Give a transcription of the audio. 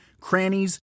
crannies